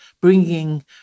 bringing